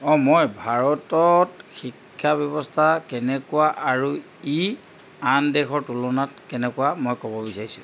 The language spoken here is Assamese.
অ' মই ভাৰতত শিক্ষা ব্যৱস্থা কেনেকুৱা আৰু ই আন দেশৰ তুলনাত কেনেকুৱা মই ক'ব বিচাৰিছোঁ